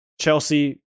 Chelsea